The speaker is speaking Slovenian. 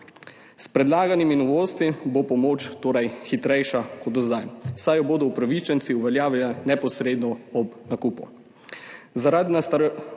S predlaganimi novostmi bo pomoč torej hitrejša kot do zdaj, saj jo bodo upravičenci uveljavili neposredno ob nakupu.